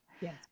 Yes